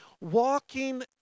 walking